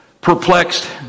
perplexed